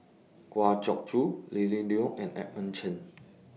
Kwa Geok Choo Lily Neo and Edmund Chen